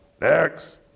next